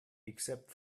except